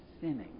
sinning